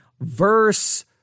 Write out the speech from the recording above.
verse